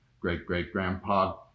great-great-grandpa